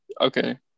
Okay